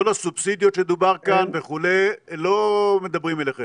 זאת אומרת כל הסובסידיות שדובר כאן וכו' לא מדברים אליכם?